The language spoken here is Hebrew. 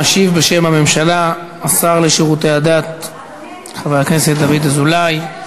משיב בשם הממשלה השר לשירותי דת חבר הכנסת דוד אזולאי.